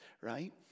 right